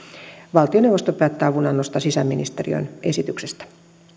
valtioneuvosto päättää avunannosta sisäministeriön esityksestä